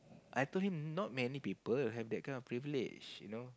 I told him not many people got that kind of privilege you know